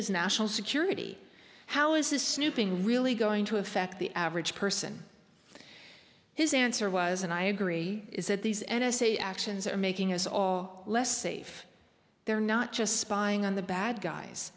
is national security how is this snooping really going to affect the average person his answer was and i agree is that these n s a actions are making us all less safe they're not just spying on the bad guys